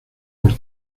por